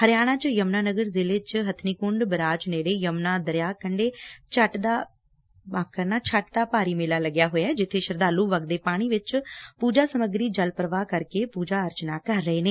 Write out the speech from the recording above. ਹਰਿਆਣਾ ਚ ਯਮੁਨਾਨਗਰ ਜ਼ਿਲ੍ਹੇ ਚ ਹਥਨੀਕੁੰਡ ਬਰਾਜ ਨੇਤੇ ਯੁਮਨਾ ਦਰਿਆ ਕੰਢੇ ਛੱਠ ਦਾ ਭਾਰੀ ਮੇਲਾ ਲੱਗਿਆ ਹੋਇਆ ਜਿੱਥੇ ਸ਼ਰਧਾਲੂ ਵਗਦੇ ਪਾਣੀ ਵਿਚ ਪੂਜਾ ਸਮੱਗਰੀ ਜਲ ਪ੍ਵਾਹ ਕਰਕੇ ਪੁਜਾ ਅਰਚਨਾ ਕਰ ਰਹੇ ਨੇ